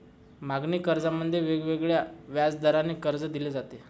मागणी कर्जामध्ये वेगवेगळ्या व्याजदराने कर्ज दिले जाते